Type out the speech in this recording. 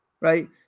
Right